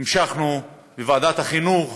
והמשכנו בוועדת החינוך